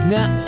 Now